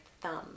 thumb